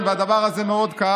והדבר הזה מאוד,